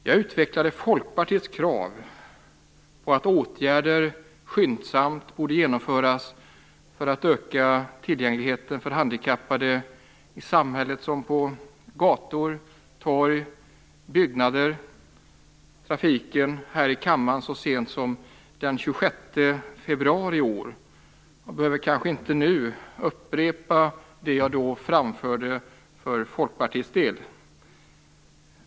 Jag utvecklade här i kammaren så sent som den 26 februari Folkpartiets krav på att åtgärder skyndsamt borde genomföras för att öka tillgängligheten för handikappade i samhället, på gator och torg, i byggnader och i trafiken. Jag behöver kanske inte nu upprepa det jag då framförde för Folkpartiets del.